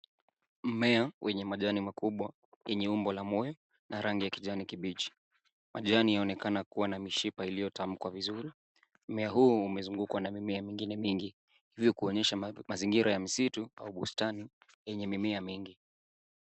Mmea wenye majani makubwa yenye umbo la moyo na kijani kibichi. Majani yaonekana kuwa na mishipa iliyotamkwa vizuri. Mmea huu umezungukwa na mimea mingine mingihi hivi kuonyesha mazingira ya misitu au bustani yenye mimea mingi.